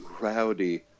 rowdy